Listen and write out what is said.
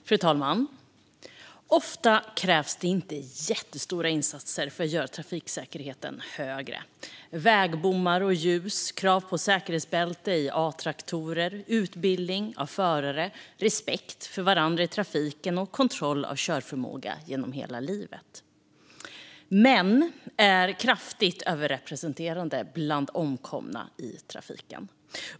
Fru talman! Ofta krävs det inte jättestora insatser för att göra trafiksäkerheten högre. Det kan handla om vägbommar och ljus, krav på säkerhetsbälte i A-traktorer, utbildning av förare, respekt för varandra i trafiken och kontroll av körförmåga genom hela livet. Män är kraftigt överrepresenterade bland de omkomna i trafiken.